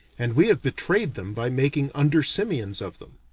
and we have betrayed them by making under-simians of them.